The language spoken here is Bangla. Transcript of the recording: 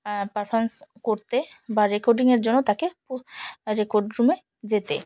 পারফরমেন্স করতে বা রেকর্ডিংয়ের জন্য তাকে রেকর্ড রুমে যেতে